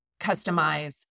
customize